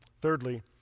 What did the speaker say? thirdly